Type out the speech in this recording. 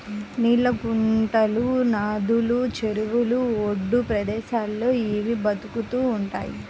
నీళ్ళ గుంటలు, నదులు, చెరువుల ఒడ్డు ప్రదేశాల్లో ఇవి బతుకుతూ ఉంటయ్